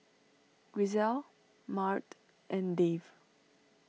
Grisel Maud and Dave